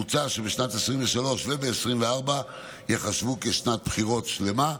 מוצע ששנת 2023 ו-2024 ייחשבו כשנת בחירות שלמה,